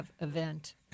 event